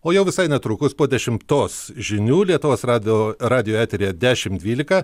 o jau visai netrukus po dešimtos žinių lietuvos radijo radijo eteryje dešimt dvylika